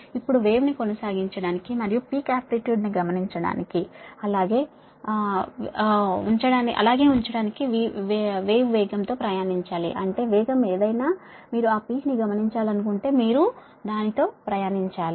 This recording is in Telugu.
ఇప్పుడు వేవ్ ను కొనసాగించడానికి మరియు పీక్ ఆంప్లిట్యూడ్ ని గమనించడానికి అలాగే ఉంచడానికి వేవ్ వేగం తో ప్రయాణించాలి అంటే వేగం ఏదయినా మీరు ఆ పీక్ ని గమనించాలనుకుంటే మీరు దానితో ప్రయాణించాలి